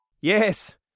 Yes